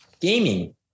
gaming